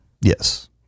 Yes